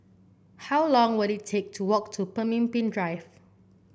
how long will it take to walk to Pemimpin Drive